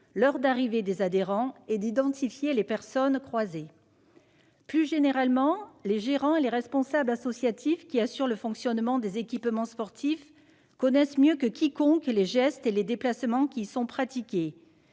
l'heure d'arrivée des adhérents et d'identifier les personnes croisées. Plus généralement, les gérants et les responsables associatifs qui assurent le fonctionnement des équipements sportifs connaissent mieux que quiconque les gestes et les déplacements qui y sont pratiqués.